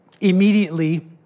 Immediately